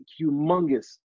humongous